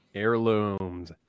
Heirlooms